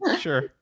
Sure